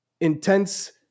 intense